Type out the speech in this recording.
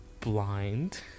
blind